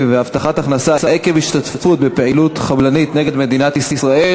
והבטחת הכנסה עקב השתתפות בפעילות חבלנית נגד מדינת ישראל,